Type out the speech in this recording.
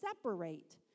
separate